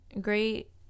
great